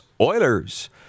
Oilers